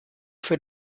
für